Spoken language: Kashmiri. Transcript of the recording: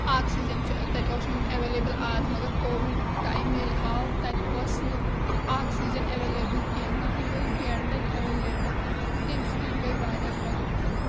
آکسیجن چھُ تتہِ اوسمُت ایٚولیبٕل آز مَگر کوِوِڈ ٹایم ییٚلہِ آو تَتہِ اوس نہٕ آکسیجن ایٚولیبٕل کیٚنہہ نہ ہہِ ٲسۍ بیڈ تَتہِ ایٚولیبٕل تَمہِ سۭتۍ گیٔے واریاہ پرابلِم